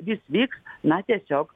vis vyks na tiesiog